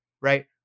right